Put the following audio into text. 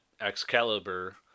Excalibur